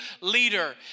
leader